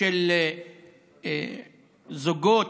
של זוגות,